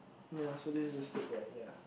ya so this is the steak right ya